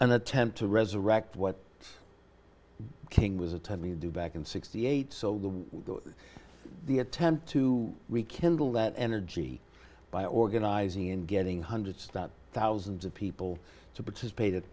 an attempt to resurrect what king was a time you do back in sixty eight so the attempt to rekindle that energy by organizing and getting hundreds thousands of people to participate i